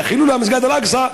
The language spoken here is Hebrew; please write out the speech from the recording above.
לחילול מסגד אל-אקצא,